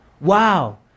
Wow